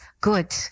good